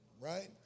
right